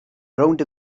rownd